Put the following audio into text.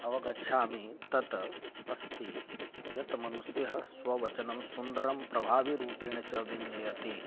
अवगच्छामि तत् अस्ति यत् मनुष्यः स्ववचनं सुन्दरं प्रभाविरूपेण च व्यञ्जयति